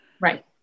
Right